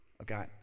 Okay